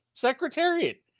secretariat